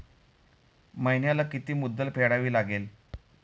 महिन्याला किती मुद्दल फेडावी लागेल?